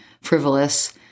frivolous